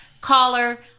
caller